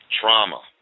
trauma